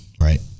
right